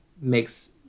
makes